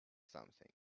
something